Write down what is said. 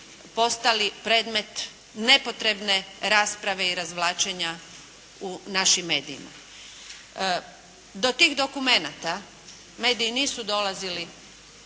postali predmet nepotrebne rasprave i razvlačenja u našim medijima. Do tih dokumenata mediji nisu dolazili